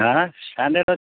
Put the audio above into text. হ্যাঁ স্যান্ডেল হচ্ছে